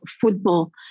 football